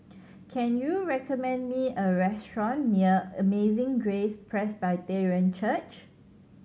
can you recommend me a restaurant near Amazing Grace Presbyterian Church